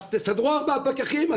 אז תסדרו ארבעה פקחים.